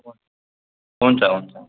हुन्छ हुन्छ